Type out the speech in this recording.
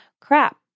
Crap